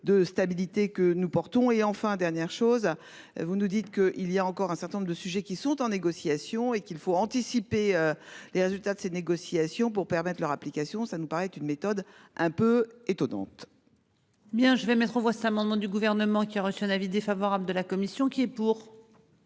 de stabilité que nous portons et enfin dernière chose, vous nous dites que il y a encore un certain nombre de sujets qui sont en négociation et qu'il faut anticiper les résultats de ces négociations pour permettre leur application. Ça nous paraît être une méthode un peu étonnante. Bien je vais mettre aux voix cet amendement du gouvernement qui a reçu un avis défavorable de la commission qui est pour.